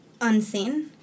unseen